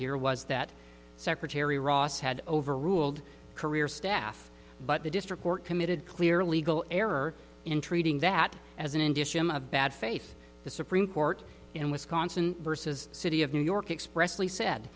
here was that secretary ross had overruled career staff but the district court committed clear legal error in treating that as an industry i'm a bad faith the supreme court in wisconsin versus city of new york expressly said